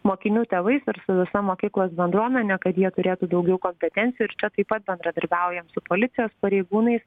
mokinių tėvais ir su visa mokyklos bendruomene kad jie turėtų daugiau kompetencijų ir čia taip pat bendradarbiaujam su policijos pareigūnais